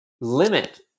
limit